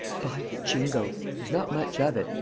by jingo! there's not much of it,